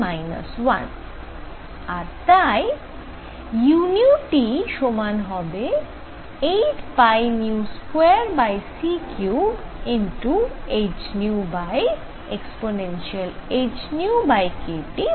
আর তাই u সমান হবে 8π2c3hν ehνkT 1